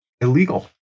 illegal